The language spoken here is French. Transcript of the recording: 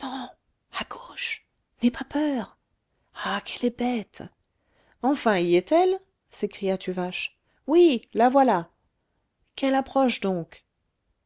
à gauche n'aie pas peur ah qu'elle est bête enfin y est-elle s'écria tuvache oui la voilà qu'elle approche donc